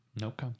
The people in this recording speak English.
Nope